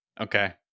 Okay